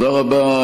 תודה רבה,